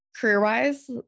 career-wise